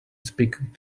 speaking